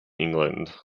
england